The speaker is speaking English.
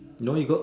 no you go